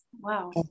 Wow